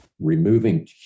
removing